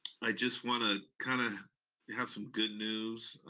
i just wanna kinda have some good news.